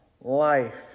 life